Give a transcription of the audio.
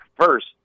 first